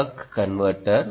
buck converter